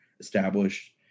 established